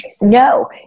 No